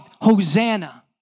Hosanna